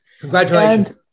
Congratulations